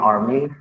Army